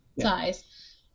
size